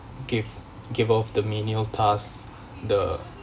give give off the menial tasks the